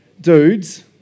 dudes